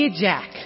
Jack